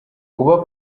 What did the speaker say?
kuba